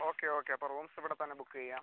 okay okay അപ്പം rooms ഇവിടെ തന്നെ ബുക്ക് ചെയ്യാം